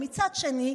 מצד שני,